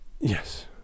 Yes